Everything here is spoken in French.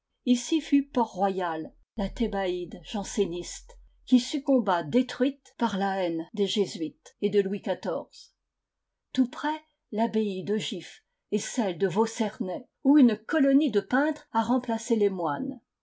ici fut port-royal la thébaïde janséniste qui succomba détruite par la haine des jésuites et de louis xiv tout près l'abbaye de gif et celle de vaux cernay où une colonie de peintres a remplacé les moines